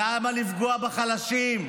למה לפגוע בחלשים?